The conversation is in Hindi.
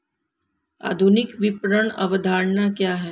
आधुनिक विपणन अवधारणा क्या है?